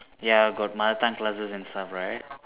ya got mother tongue classes and stuff right